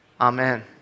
Amen